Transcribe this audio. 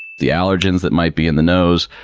the allergens that might be in the nose,